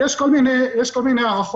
יש כל מיני הערכות,